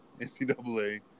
NCAA